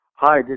Hi